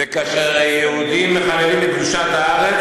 קראו לי ליועץ,